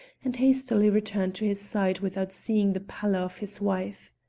and hastily returned to his side without seeing the pallor of his wife.